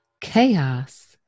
chaos